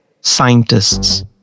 scientists